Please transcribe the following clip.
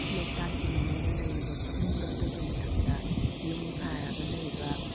ꯂꯣꯛꯇꯥꯛꯀꯤ ꯃꯌꯥꯏꯗ ꯂꯩꯔꯤꯕ ꯐꯨꯝꯗꯣ ꯑꯗꯨꯒꯤ ꯃꯊꯛꯇ ꯌꯨꯝ ꯁꯥꯔꯒ ꯂꯩꯕ